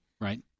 right